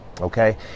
okay